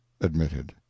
admitted